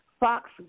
Fox